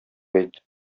әйт